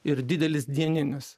ir didelis dieninis